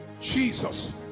Jesus